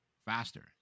faster